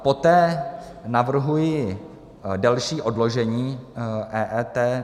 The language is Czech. Poté navrhuji další odložení EET.